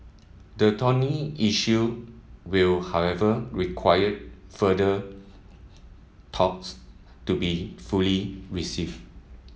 the thorny issue will however required further talks to be fully received